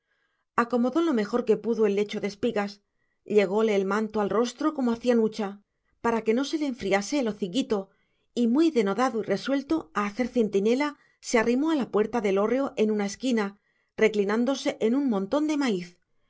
acomodó lo mejor que pudo el lecho de espigas llególe el mantón al rostro como hacía nucha para que no se le enfriase el hociquito y muy denodado y resuelto a hacer centinela se arrimó a la puerta del hórreo en una esquina reclinándose en un montón de maíz